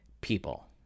people